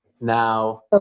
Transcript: Now